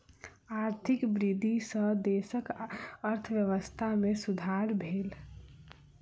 आर्थिक वृद्धि सॅ देशक अर्थव्यवस्था में सुधार भेल